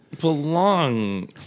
belong